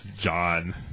John